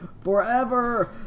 forever